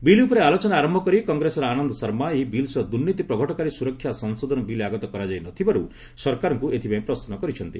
bill ଉପରେ ଆଲୋଚନା ଆରମ୍ଭ କରି କଂଗ୍ରେସର ଆନନ୍ଦ ଶର୍ମା ଏହି ବିଲ ସହ ଦୁର୍ନୀତି ପ୍ରଘଟକାରୀ ସୁରକ୍ଷା ସଂଶୋଧନା ବିଲ୍ ଆଗତ କରାଯାଇ ନ ଥିବାର୍ ସରକାରଙ୍କ ଏଥିପାଇଁ ପ୍ରଶ୍ର କରିଛନ୍ତି